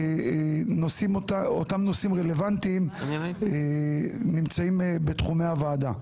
שאותם נושאים רלוונטיים נמצאים בתחומי הוועדה.